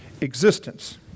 existence